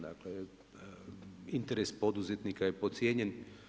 Dakle, interes poduzetnika je podcijenjen.